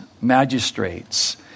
magistrates